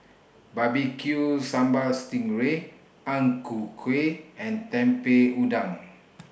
Barbecued Sambal Sting Ray Ang Ku Kueh and Udang